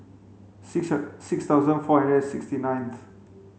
six six thousand four and sixty ninth